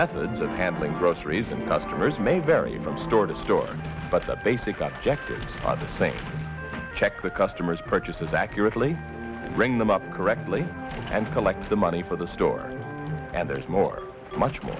methods of handling groceries and customers may vary from store to store but the basic object is on the same check the customer's purchases accurately and bring them up correctly and collect the money for the store and there's more much more